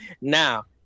Now